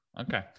Okay